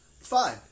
Fine